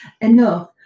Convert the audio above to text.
enough